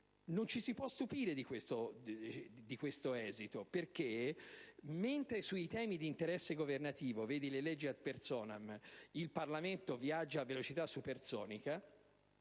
Non ci si può stupire di questo esito, perché mentre sui temi di interesse governativo, (vedi le leggi *ad personam*) il Parlamento viaggia a velocità supersonica,